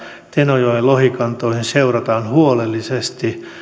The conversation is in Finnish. tenojoen lohikantoihin seurataan huolellisesti ja